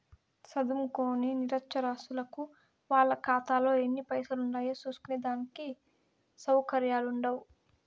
సదుంకోని నిరచ్చరాసులకు వాళ్ళ కాతాలో ఎన్ని పైసలుండాయో సూస్కునే దానికి సవుకర్యాలుండవ్